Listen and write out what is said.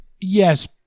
Yes